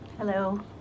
Hello